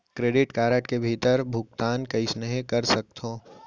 Credit card के भुगतान कईसने कर सकथो?